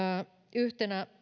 yhtenä